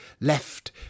left